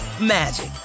magic